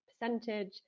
percentage